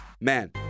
man